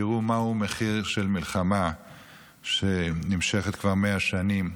שיראו מהו מחיר של מלחמה שנמשכת כבר 100 שנים.